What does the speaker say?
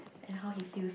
and how he feels